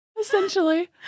essentially